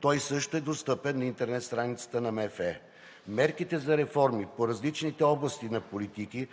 Той също е достъпен на интернет страницата на Министерството на финансите. Мерките за реформи по различните области на политики